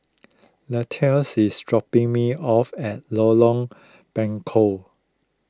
Latrells is dropping me off at Lorong Buangkok